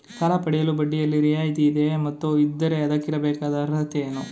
ಸಾಲ ಪಡೆಯಲು ಬಡ್ಡಿಯಲ್ಲಿ ರಿಯಾಯಿತಿ ಇದೆಯೇ ಮತ್ತು ಇದ್ದರೆ ಅದಕ್ಕಿರಬೇಕಾದ ಅರ್ಹತೆ ಏನು?